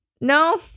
no